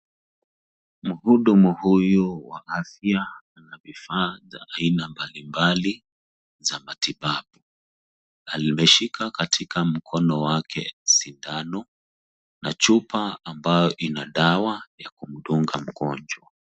Mhudumu huyu wa afya ana vifaa za aina mbalimbali za matibabu. Ameshika katika mkono wake sindano na chupa ambayo ina dawa ya kumdunga mgonjwa.